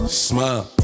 smile